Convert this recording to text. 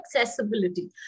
accessibility